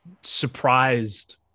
surprised